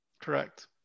Correct